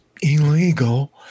illegal